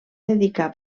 dedicar